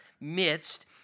midst